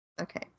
Okay